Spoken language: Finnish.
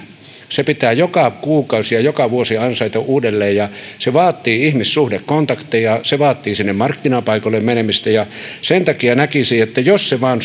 se pitää joka kuukausi ja joka vuosi ansaita uudelleen se vaatii ihmissuhdekontakteja se vaatii sinne markkinapaikoille menemistä ja sen takia näkisin että jos se vain